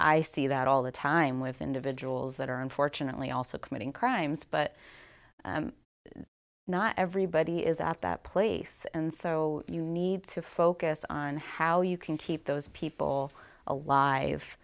i see that all the time with individuals that are unfortunately also committing crimes but not everybody is at that place and so you need to focus on how you can keep those people alive